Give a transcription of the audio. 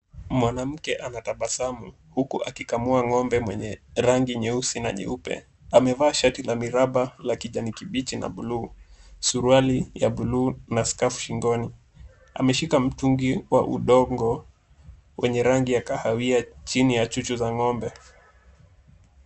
Mwanamke anatabasamu huku akikamua ng'ombe mwenye rangi nyeusi na nyeupe. Amevaa shati la miraba la kijani kibichi na bluu, suruali ya bluu na skafu shingoni. Ameshika mtungi wa udongo wenye rangi ya kahawia chini ya chuchu za ng'ombe.